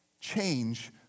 change